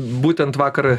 būtent vakar